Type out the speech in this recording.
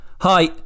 Hi